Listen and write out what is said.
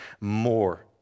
more